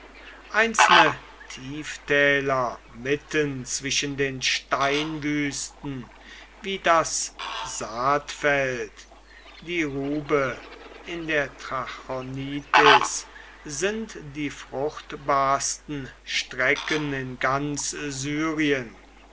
einzelne tieftäler mitten zwischen den steinwüsten wie das saatfeld die ruhbe in der trachonitis sind die fruchtbarsten strecken in ganz syrien